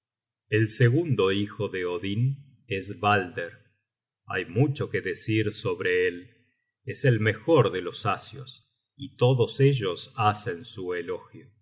el segundo hijo de odin es balder hay mucho que decir sobre él es el mejor de los asios y todos ellos hacen su